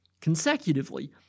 consecutively